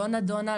לא נדונה,